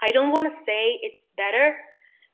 i don't want to say it's better